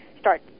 start